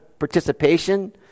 participation